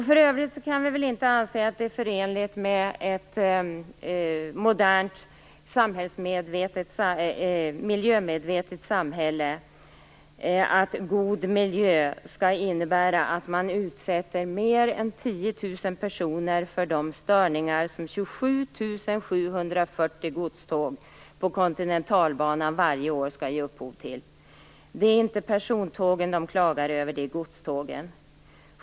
För övrigt kan vi väl inte anse att det är förenligt med ett modernt, miljömedvetet samhälle att god miljö skall innebära att man utsätter mer än 10 000 Kontinentalbanan varje år skall ge upphov till. Det är inte persontågen dessa människor klagar över, det är godstågen.